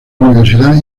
universidad